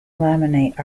laminate